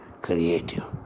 creative